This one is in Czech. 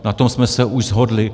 Na tom jsme se už shodli.